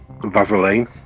Vaseline